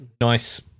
nice